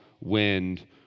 wind